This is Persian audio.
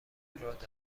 دارد